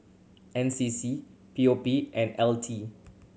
N C C P O P and L T